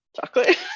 chocolate